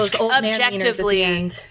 objectively